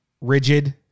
rigid